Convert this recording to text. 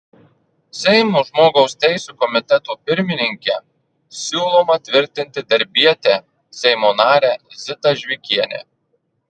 seimo žmogaus teisių komiteto pirmininke siūloma tvirtinti darbietę seimo narę zitą žvikienę